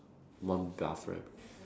buff rabbit